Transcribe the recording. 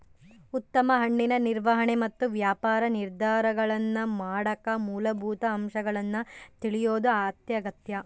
ಉತ್ತಮ ಹಣ್ಣಿನ ನಿರ್ವಹಣೆ ಮತ್ತು ವ್ಯಾಪಾರ ನಿರ್ಧಾರಗಳನ್ನಮಾಡಕ ಮೂಲಭೂತ ಅಂಶಗಳನ್ನು ತಿಳಿಯೋದು ಅತ್ಯಗತ್ಯ